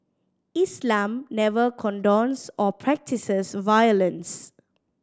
Islam never condones or practises violence